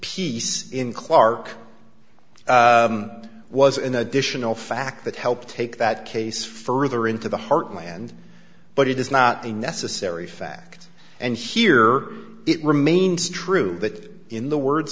piece in clark was an additional fact that helped take that case further into the heartland but it is not a necessary fact and here it remains true that in the words